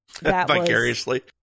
Vicariously